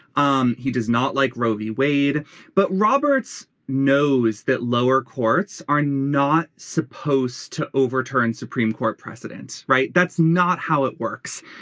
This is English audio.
um he does not like roe v. wade but roberts knows that lower courts are not supposed to overturn supreme court precedents. right. that's not how it works.